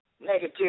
negative